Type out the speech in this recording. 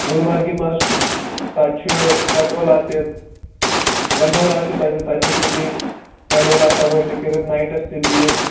گُلمرگہِ منٛز چھُ تَتہِ چھُ گَنٛڈولا تہِ گَنٛڈولا چھُ تَتہِ تَتہِ ہیٚکِو تُہۍ گَنٛڈولا سَوٲرۍ تہِ کٔرِتھ نایِٹَس تہِ بِہِتھ